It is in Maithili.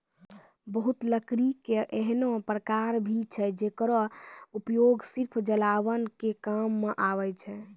बहुत लकड़ी के ऐन्हों प्रकार भी छै जेकरो उपयोग सिर्फ जलावन के काम मॅ आवै छै